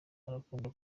arakunda